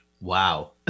Wow